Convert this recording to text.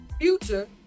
Future